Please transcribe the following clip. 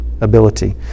ability